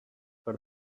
for